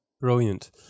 Brilliant